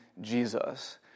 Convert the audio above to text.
Jesus